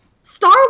Star